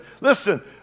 Listen